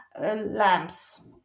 lamps